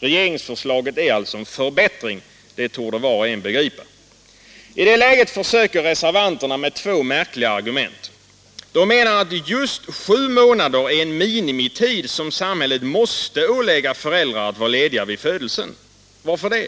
Regeringsförslaget är alltså en förbättring, det torde var och en begripa. I det läget försöker reservanterna med två märkliga argument. De menar att just sju månader är en minimitid som samhället måste ålägga föräldrar att vara lediga vid ett barns födelse. Varför det?